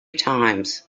times